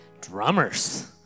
Drummers